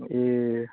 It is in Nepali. ए